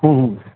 हं हं